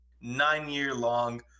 nine-year-long